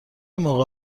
موقع